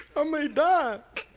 i may die!